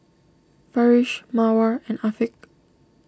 Farish Mawar and Afiq